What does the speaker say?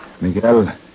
Miguel